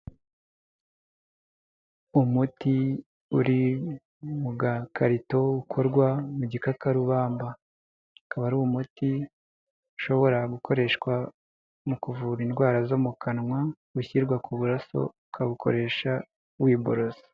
Umuti uri mu gakarito ukorwa mu gikakarubamba, ukaba ari umuti ushobora gukoreshwa mu kuvura indwara zo mu kanwa ushyirwa ku buraso ukabukoresha wiboroza.